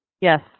Yes